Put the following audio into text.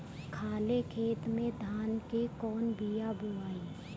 खाले खेत में धान के कौन बीया बोआई?